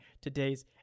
today's